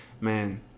man